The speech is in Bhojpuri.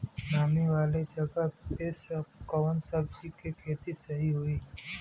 नामी वाले जगह पे कवन सब्जी के खेती सही होई?